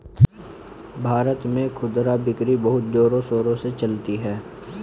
भारत में खुदरा बिक्री बहुत जोरों शोरों से चलती है